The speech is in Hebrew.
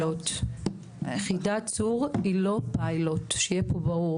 1,400. יחידת צור היא לא פיילוט, שיהיה ברור.